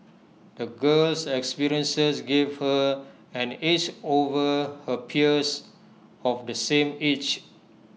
the girl's experiences gave her an edge over her peers of the same age